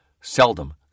seldom